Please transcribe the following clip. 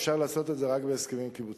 אפשר לעשות את זה רק בהסכמים קיבוציים.